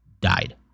died